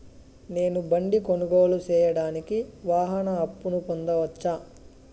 నేను బండి కొనుగోలు సేయడానికి వాహన అప్పును పొందవచ్చా?